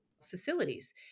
facilities